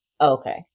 Okay